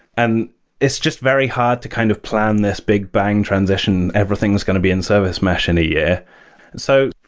and it's just very hard to kind of plan this big bang transition. everything is going to be in service mesh in a year so,